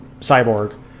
cyborg